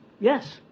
yes